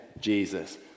Jesus